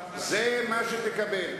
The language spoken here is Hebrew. זה מה שתקבל.